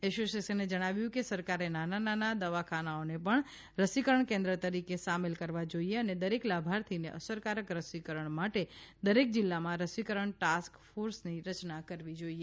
એસોસિએશને જણાવ્યું કે સરકારે નાના નાના દવાખાનાઓને પણ રસીકરણ કેન્દ્ર તરીકે સામેલ કરવા જોઈએ અને દરેક લાભાર્થીને અસરકારક રસીકરણ માટે દરેક જિલ્લામાં રસીકરણ ટાસ્ક ફોર્સની રચના કરવી જોઈએ